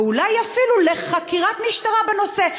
ואולי אפילו לחקירת משטרה בנושא.